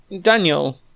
Daniel